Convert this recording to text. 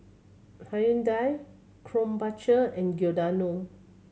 Hyundai Krombacher and Giordano